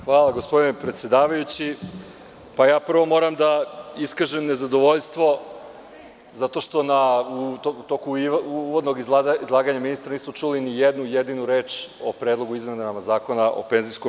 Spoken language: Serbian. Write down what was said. Hvala gospodine predsedavajući, ja prvo moram da iskažem nezadovoljstvo, zato što u toku uvodnog izlaganja ministra, nismo čuli ni jednu jedinu reč o Predlogu zakona o PIO.